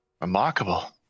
Remarkable